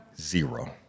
Zero